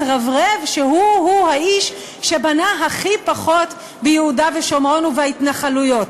מתרברב שהוא הוא האיש שבנה הכי פחות ביהודה ושומרון ובהתנחלויות.